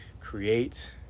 create